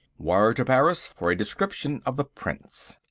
wire to paris for a description of the prince.